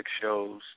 shows